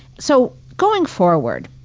so going forward,